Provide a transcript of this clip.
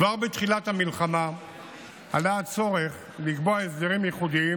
כבר בתחילת המלחמה עלה הצורך לקבוע הסדרים ייחודיים